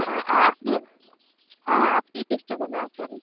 হ্যাঁ আর আপনিও হ্যাঁ হ্যাঁ আপনি চেষ্টা করবেন আসার